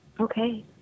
Okay